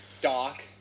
Doc